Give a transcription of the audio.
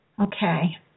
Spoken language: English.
okay